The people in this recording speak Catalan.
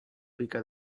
pica